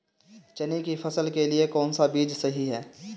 चने की फसल के लिए कौनसा बीज सही होता है?